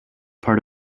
part